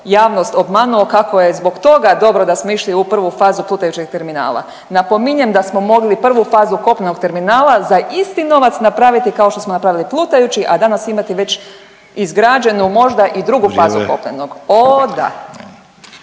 javnost obmanuo kako je zbog toga dobro da smo išli u prvu fazu plutajućeg terminala. Napominjem da smo mogli prvu fazu kopnenog terminala za isti novac napraviti kao što smo napravili plutajući, a danas imati već izgrađenu možda i drugu fazu kopnenog